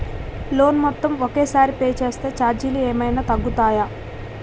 Loan మొత్తం ఒకే సారి పే చేస్తే ఛార్జీలు ఏమైనా తగ్గుతాయా?